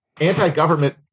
anti-government